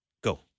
Go